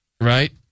right